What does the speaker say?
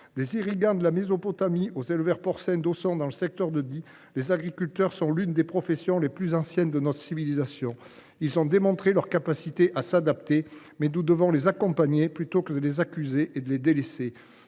Des irrigateurs de Mésopotamie aux éleveurs porcins d’Ausson, dans le secteur de Die, les agriculteurs sont l’une des professions les plus anciennes de notre civilisation. Ils ont démontré leur capacité à s’adapter ; mais nous devons les accompagner plutôt que les accuser et les délaisser.